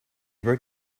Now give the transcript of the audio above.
wrote